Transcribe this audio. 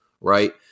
right